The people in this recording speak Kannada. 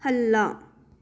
ಅಲ್ಲ